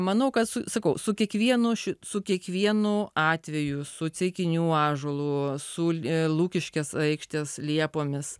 manau kad su sakau su kiekvienu su kiekvienu atveju su ceikinių ąžuolų lukiškės aikštės liepomis